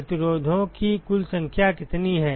प्रतिरोधों की कुल संख्या कितनी है